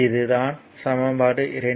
இது தான் சமன்படு 2